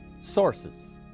sources